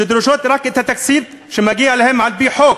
שדורשות רק את התקציב שמגיע להן על-פי חוק.